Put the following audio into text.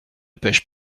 pêche